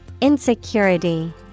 Insecurity